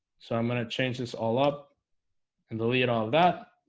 so i'm gonna change this all up and delete all of that